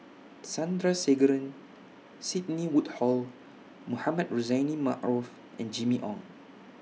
Sandrasegaran Sidney Woodhull Mohamed Rozani Maarof and Jimmy Ong